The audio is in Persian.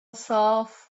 صاف